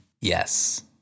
Yes